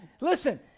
Listen